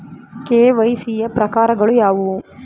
KYC ಯ ಪ್ರಕಾರಗಳು ಯಾವುವು?